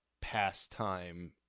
pastime